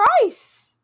price